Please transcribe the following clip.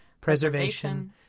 preservation